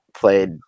played